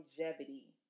longevity